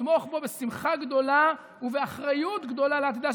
נתמוך בו בשמחה גדולה ובאחריות גדולה לעתידה